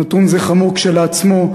נתון זה חמור כשלעצמו,